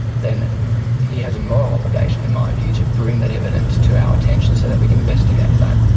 then he has a moral obligation, in my view, to bring that evidence to our attention so that we can investigate that.